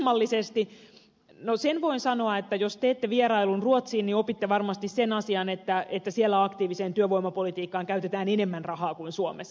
no sen voin sanoa että jos teette vierailun ruotsiin niin opitte varmasti sen asian että siellä aktiiviseen työvoimapolitiikkaan käytetään enemmän rahaa kuin suomessa